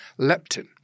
leptin